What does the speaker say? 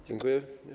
Dziękuję.